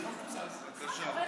בבקשה.